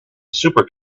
super